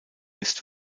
ist